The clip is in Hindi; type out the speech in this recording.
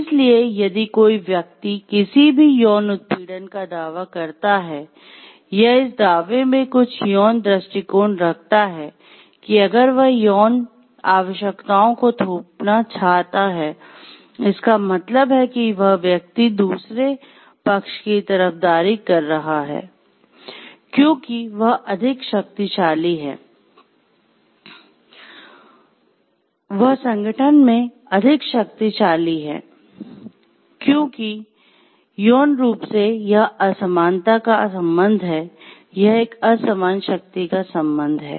इसलिए यदि कोई व्यक्ति किसी भी यौन उत्पीड़न का दावा करता है या इस दावे में कुछ यौन दृष्टिकोण रखता है कि अगर वह यौन आवश्यकताओं को थोपना चाहता है इसका मतलब है कि वह व्यक्ति दूसरे पक्ष की तरफदारी कर रहा है क्योंकि वह अधिक शक्तिशाली है वह संगठन में अधिक शक्तिशाली है क्योंकि यौन रूप से यह असमानता का संबंध है यह एक असमान शक्ति का संबंध है